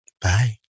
Bye